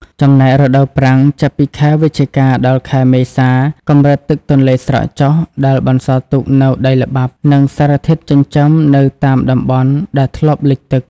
ចំណែក រដូវប្រាំង ចាប់ពីខែវិច្ឆិកា ដល់ ខែមេសា កម្រិតទឹកទន្លេស្រកចុះ ដែលបន្សល់ទុកនូវដីល្បាប់ និងសារធាតុចិញ្ចឹមនៅតាមតំបន់ដែលធ្លាប់លិចទឹក។